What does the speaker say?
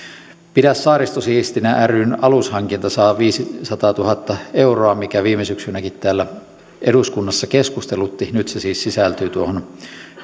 pidä saaristo siistinä ryn alushankinta saa viisisataatuhatta euroa mikä viime syksynäkin täällä eduskunnassa keskustelutti nyt se siis sisältyy tuohon